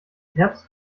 herbst